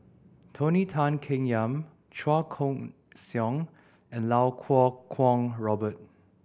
Tony Tan Keng Yam Chua Koon Siong and Lau Kuo Kwong Robert